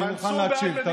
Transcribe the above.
אני מוכן להקשיב.